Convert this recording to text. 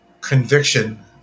conviction